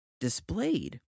displayed